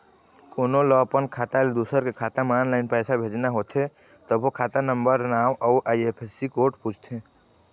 कोनो ल अपन खाता ले दूसर के खाता म ऑनलाईन पइसा भेजना होथे तभो खाता नंबर, नांव अउ आई.एफ.एस.सी कोड पूछथे